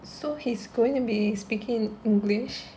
so he's going to be speaking english